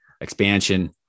expansion